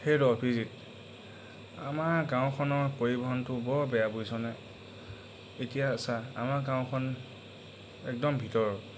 হেৰৌ অভিজিত আমাৰ গাঁওখনৰ পৰিবহণটো বৰ বেয়া বুজিছনে এতিয়া চা আমাৰ গাঁওখন একদম ভিতৰ